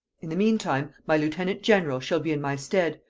in the meantime, my lieutenant-general shall be in my stead,